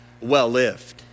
well-lived